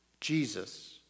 Jesus